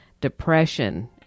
depression